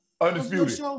Undisputed